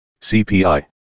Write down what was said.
CPI